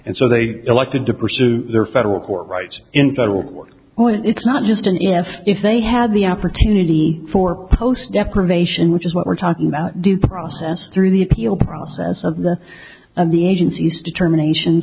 and so they elected to pursue their federal court right in federal court when it's not just an if if they had the opportunity for post deprivation which is what we're talking about due process through the appeal process of the of the agencies determination